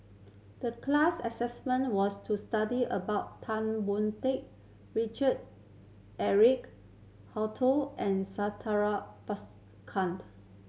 the class assignment was to study about Tan Boon Teik Richard Eric Holttum and Santha Bhaskared